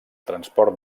transport